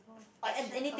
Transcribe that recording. oh actions oh